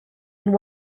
and